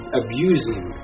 abusing